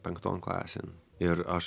penkton klasėn ir aš